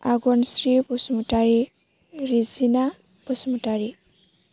Agansri Basumatary Rijina Basumatary